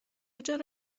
چرا